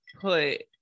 put